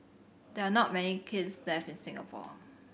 there are not many kilns left in Singapore